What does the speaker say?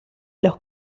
los